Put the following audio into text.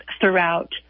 throughout